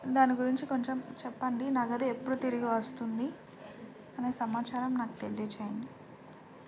దాని గురించి కొంచెం చెప్పండి నగదు ఎప్పుడు తిరిగి వస్తుంది అనే సమాచారం నాకు తెలియజేయండి